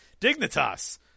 Dignitas